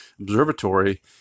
observatory